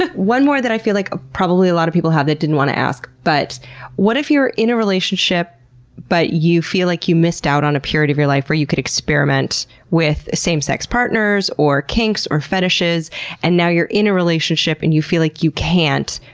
one more that i feel like probably a lot of people had that didn't want to ask but what if you're in a relationship but you feel like you missed out on a period of your life where you could experiment with same sex partners, or kinks, or fetishes and now you're in a relationship and you feel like you can't,